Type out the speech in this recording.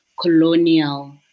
colonial